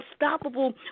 unstoppable